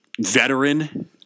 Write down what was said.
veteran